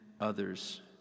others